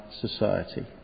society